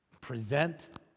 Present